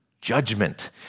judgment